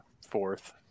fourth